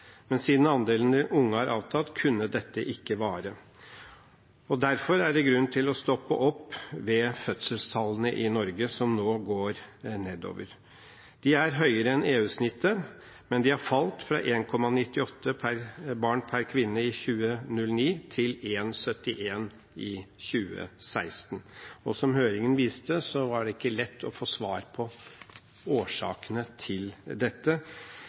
Men siden andelen unge har avtatt, kunne dette ikke vare. Derfor er det grunn til å stoppe opp ved fødselstallene i Norge, som nå går nedover. De er høyere enn EU-snittet, men de har falt fra 1,98 per barn per kvinne i 2009 til 1,71 i 2016. Og som høringen viste, var det ikke lett å få svar på årsakene til dette,